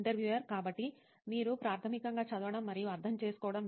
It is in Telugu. ఇంటర్వ్యూయర్ కాబట్టి మీరు ప్రాథమికంగా చదవడం మరియు అర్థం చేసుకోవడం